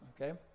Okay